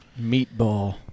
Meatball